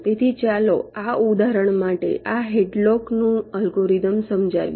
તેથી ચાલો આ ઉદાહરણ માટે આ હેડલોકનું અલ્ગોરિધમ સમજાવીએ